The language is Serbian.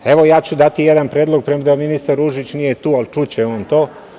Evo, ja ću dati jedan predlog, premda ministar Ružić nije tu, ali čuće on to.